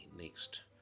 next